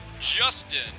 justin